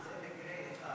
זה מקרה אחד.